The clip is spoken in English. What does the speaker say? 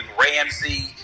Ramsey